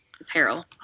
apparel